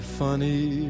funny